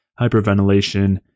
hyperventilation